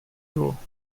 jours